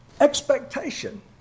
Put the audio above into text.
expectation